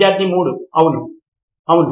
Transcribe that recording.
విద్యార్థి 3 అవును అవును